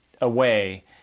away